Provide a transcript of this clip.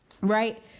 right